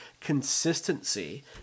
consistency